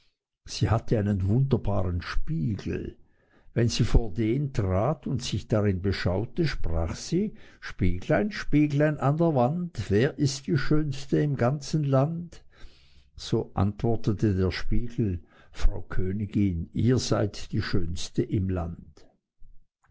sie hatte einen wunderbaren spiegel wenn sie vor den trat und sich darin beschaute sprach sie spieglein spieglein an der wand wer ist die schönste im ganzen land so antwortete der spiegel frau königin ihr seid die schönste im land